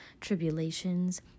tribulations